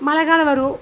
மழைக்காலம் வரும்